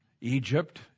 Egypt